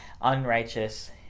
unrighteous